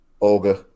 Olga